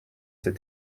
ces